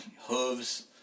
Hooves